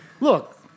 Look